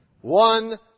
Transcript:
One